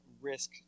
risk